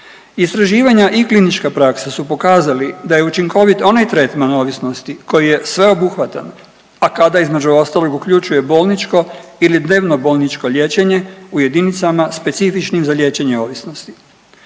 Istraživanja i klinička praksa su pokazali da je učinkovit onaj tretman ovisnosti koji je sveobuhvatan, a kada između ostalog uključuje bolničko ili dnevno bolničko liječenje u jedinicama specifičnim za liječenje ovisnosti.